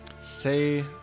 say